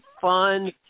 fun